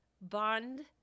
bond